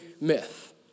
myth